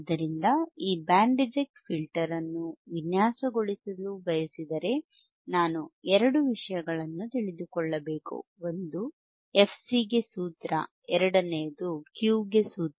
ಆದ್ದರಿಂದ ಈ band reject filter ಅನ್ನು ವಿನ್ಯಾಸಗೊಳಿಸಲು ನಾನು ಬಯಸಿದರೆ ನಾನು ಎರಡು ವಿಷಯಗಳನ್ನು ತಿಳಿದುಕೊಳ್ಳಬೇಕು ಒಂದು fC ಗೆ ಸೂತ್ರ ಎರಡನೆಯದು Q ಗೆ ಸೂತ್ರ